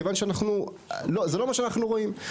כיוון שאנחנו, זה לא מה שאנחנו רואים.